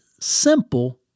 simple